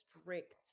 strict